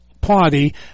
Party